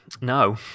no